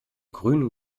grünen